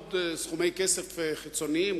עוד סכומי כסף חיצוניים,